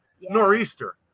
nor'easter